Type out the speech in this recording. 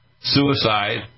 suicide